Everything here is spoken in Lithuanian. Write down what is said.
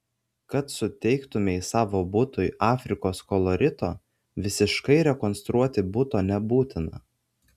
kad suteiktumei savo butui afrikos kolorito visiškai rekonstruoti buto nebūtina